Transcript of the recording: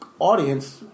Audience